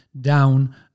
down